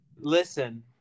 listen